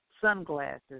sunglasses